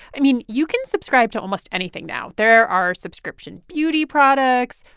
i mean, you can subscribe to almost anything now. there are subscription beauty products,